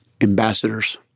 ambassadors